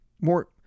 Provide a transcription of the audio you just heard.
more